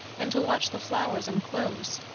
and to watch the flowers unclose.